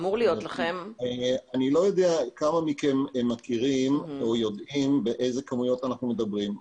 אני לא יודע כמה מכם מכירים או יודעים באילו כמויות אנחנו מדברים.